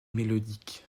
mélodique